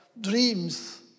dreams